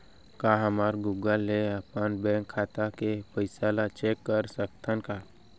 का हमन गूगल ले अपन बैंक खाता के पइसा ला चेक कर सकथन का?